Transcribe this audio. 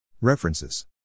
References